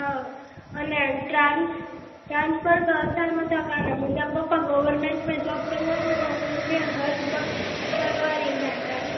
हा अने trans transfer त असांजे मथां कान्हे मुंहिंजा पपा गवर्नमेंट में जॉब कंदा आहिनि त उन्हनि खे हर ब हर बार ईंदा आहिनि ट्रांसफर